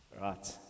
Right